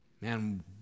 Man